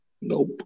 Nope